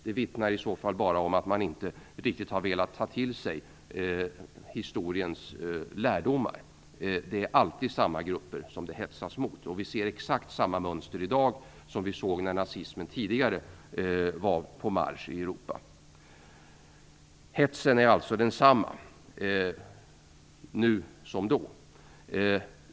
Det vittnar bara om att man inte riktigt har velat ta till sig historiens lärdomar. Det är alltid samma grupper det hetsas mot. Vi ser exakt samma mönster i dag som vi såg när nazismen tidigare var på marsch i Europa. Hetsen är alltså densamma nu som då.